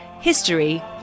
History